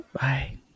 Bye